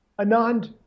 Anand